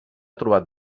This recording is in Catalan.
trobat